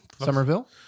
Somerville